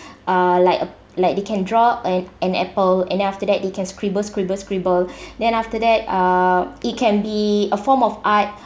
uh like uh like they can draw an an apple and then after that they can scribble scribble scribble then after that uh it can be a form of art